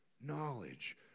knowledge